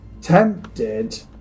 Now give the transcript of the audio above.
tempted